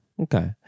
Okay